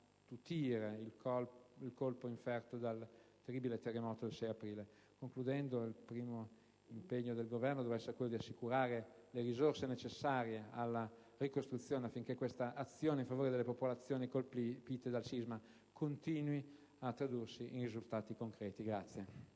attutire il colpo inferto dal terribile terremoto del 6 aprile. In conclusione, il primo impegno del Governo deve essere quello di assicurare le risorse necessarie alla ricostruzione affinché quest'azione in favore delle popolazioni colpite dal sisma continui a tradursi in risultati concreti.